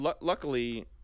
luckily